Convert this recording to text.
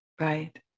Right